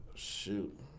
shoot